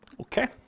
Okay